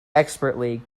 expertly